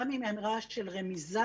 גם אם אמירה של רמיזה,